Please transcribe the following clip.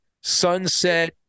Sunset